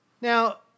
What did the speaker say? Now